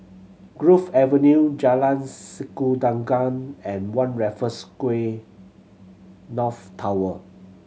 Grove Avenue Jalan Sikudangan and One Raffles Quay North Tower